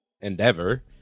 endeavor